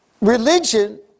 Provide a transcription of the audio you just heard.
Religion